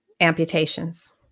amputations